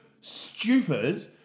stupid